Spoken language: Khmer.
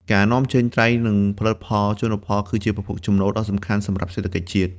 ការនាំចេញ ត្រីនិងផលិតផលជលផលគឺជាប្រភពចំណូលដ៏សំខាន់សម្រាប់សេដ្ឋកិច្ចជាតិ។